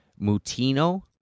Mutino